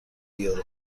یورو